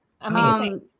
Amazing